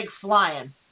flying